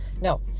no